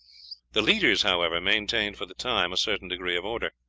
the leaders, however, maintained for the time a certain degree of order.